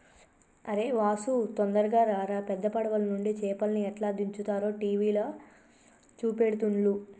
అరేయ్ వాసు తొందరగా రారా పెద్ద పడవలనుండి చేపల్ని ఎట్లా దించుతారో టీవీల చూపెడుతుల్ను